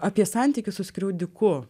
apie santykius su skriaudiku